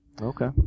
Okay